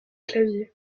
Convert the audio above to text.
claviers